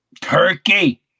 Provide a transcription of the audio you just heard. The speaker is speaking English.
Turkey